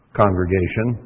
congregation